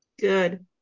Good